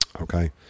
okay